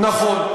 נכון.